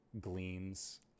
gleams